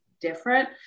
different